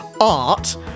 art